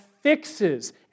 fixes